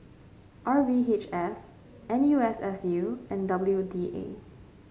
R V H S N U S S U and W D A